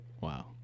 Wow